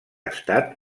estat